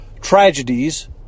tragedies